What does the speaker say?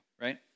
right